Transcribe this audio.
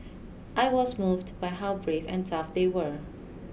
I was moved by how brave and tough they were